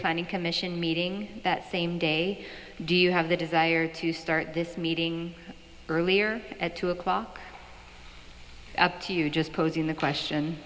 planning commission meeting that same day do you have the desire to start this meeting earlier at two o'clock up to you just posing the question